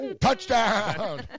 Touchdown